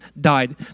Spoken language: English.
died